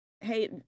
hey